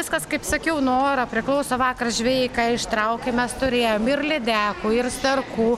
viskas kaip sakiau nuo oro priklauso vakar žvejai ką ištraukė mes turėjom ir lydekų ir sterkų